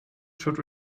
should